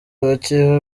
abakeba